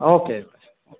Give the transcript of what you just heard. okay ಇವರೆ okay